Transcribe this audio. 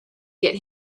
get